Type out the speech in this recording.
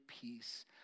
peace